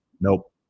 Nope